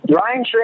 Ryan